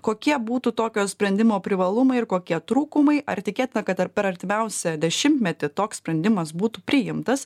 kokie būtų tokio sprendimo privalumai ir kokie trūkumai ar tikėtina kad ar per artimiausią dešimtmetį toks sprendimas būtų priimtas